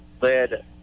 led